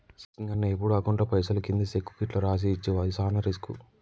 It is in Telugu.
సింగన్న ఎప్పుడు అకౌంట్లో పైసలు కింది సెక్కు గిట్లు రాసి ఇచ్చేవు అది సాన రిస్కు